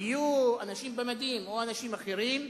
אנשים במדים או אנשים אחרים,